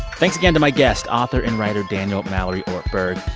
thanks again to my guest author and writer daniel mallory ortberg.